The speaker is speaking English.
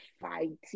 fighting